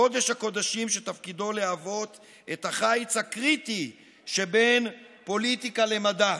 קודש הקודשים שתפקידו להוות את החיץ הקריטי שבין פוליטיקה למדע.